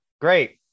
great